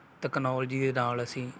technology ਦੇ ਨਾਲ ਅਸੀਂ